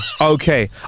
Okay